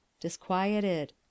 Disquieted